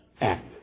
act